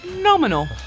Nominal